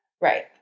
Right